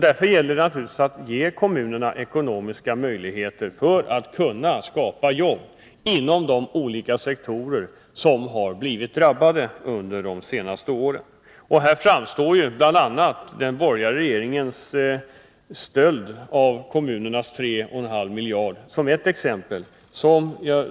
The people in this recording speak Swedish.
Därför gäller det naturligtvis att ge kommunerna ekonomiska möjligheter att skapa jobb inom de olika sektorer som har drabbats under de senaste åren. Här framstår den borgerliga regeringens stöld av kommunernas 3,5 miljarder som ett exempel.